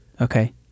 okay